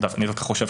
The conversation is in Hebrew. כמו שאני חושב,